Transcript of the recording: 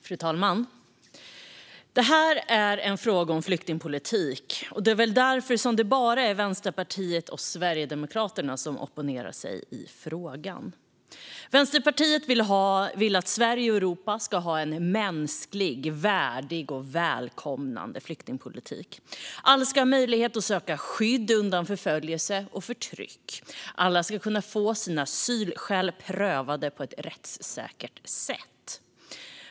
Fru talman! Det här är en fråga om flyktingpolitik. Det är väl därför som det bara är Vänsterpartiet och Sverigedemokraterna som opponerar sig i frågan. Vänsterpartiet vill att Sverige och Europa ska ha en mänsklig, värdig och välkomnande flyktingpolitik. Alla ska ha möjlighet att söka skydd undan förföljelse och förtryck. Alla ska kunna få sina asylskäl prövade på ett rättssäkert sätt.